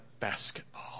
basketball